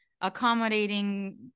accommodating